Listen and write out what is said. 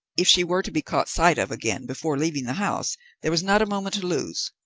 if she were to be caught sight of again before leaving the house there was not a moment to lose.